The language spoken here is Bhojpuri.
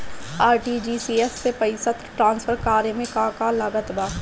आर.टी.जी.एस से पईसा तराँसफर करे मे का का लागत बा?